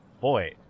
boy